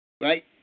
right